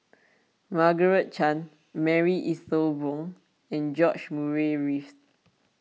Margaret Chan Marie Ethel Bong and George Murray Reith